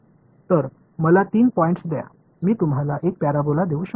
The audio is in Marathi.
तर मला तीन पॉईंट्स द्या मी तुम्हाला एक पॅराबोला देऊ शकतो